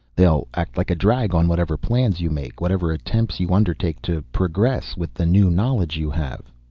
they'll act like a drag on whatever plans you make, whatever attempts you undertake to progress with the new knowledge you have.